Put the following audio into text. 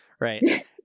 Right